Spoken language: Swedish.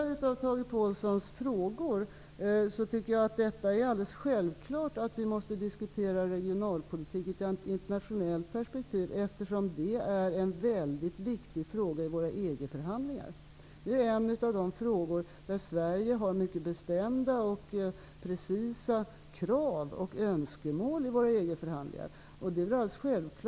På den sista av Tage Påhlssons frågor vill jag svara att jag tycker att det är alldeles självklart att vi måste diskutera regionalpolitik i ett internationellt perspektiv, eftersom det är en mycket viktig fråga i våra EG-förhandlingar. Det är en av de frågor där Sverige har mycket bestämda och precisa krav och önskemål i EG-förhandlingarna.